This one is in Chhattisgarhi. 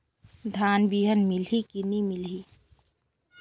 धान बिहान मिलही की नी मिलही?